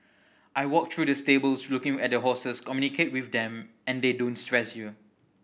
I walk through the stables looking at the horses communicate with them and they don't stress you